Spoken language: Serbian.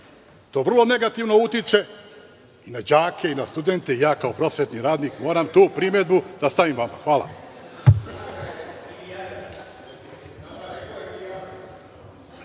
vrlo negativno utiče i na đake i na studente i ja kao prosvetni radnik moram tu primedbu da stavim vama. Hvala.